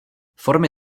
formy